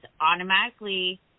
automatically